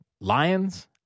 Lions